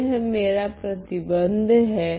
तो यह मेरा प्रतिबंध हैं